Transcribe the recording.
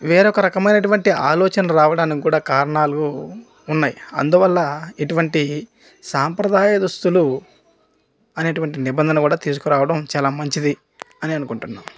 వేరొక రకమైనటువంటి ఆలోచనలు రావడానికి కూడా కారణాలు ఉన్నాయి అందువల్ల ఇటువంటి సాంప్రదాయ దుస్తులు అనేటటువంటి నిబంధన కూడా తీసుకురావడం చాలా మంచిది అని అనుకుంటున్నాము